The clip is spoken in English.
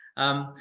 um,